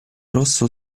rosso